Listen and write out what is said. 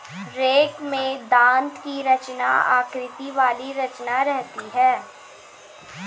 rake में दाँत की तरह आकृति वाली रचना रहती है